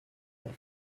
neuf